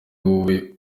wowe